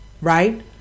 right